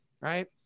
Right